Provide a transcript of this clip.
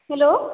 hello